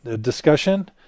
discussion